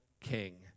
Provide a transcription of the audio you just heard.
king